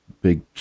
big